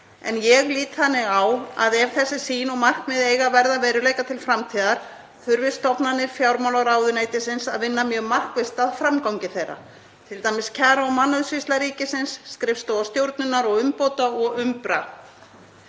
en ég lít þannig á að ef þessi sýn og markmið eigi að verða að veruleika til framtíðar þurfi stofnanir fjármálaráðuneytisins að vinna mjög markvisst að framgangi þeirra, t.d. kjara- og mannauðssýsla ríkisins, skrifstofa stjórnunar og umbóta og Umbra.